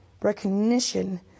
recognition